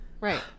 Right